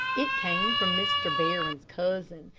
it came from mr. barron's cousin,